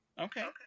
Okay